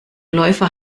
läufer